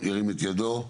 ירים את ידו.